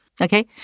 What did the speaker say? Okay